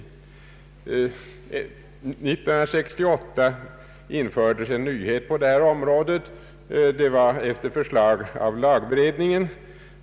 1968 infördes en nyhet på det här området efter förslag av lagberedningen.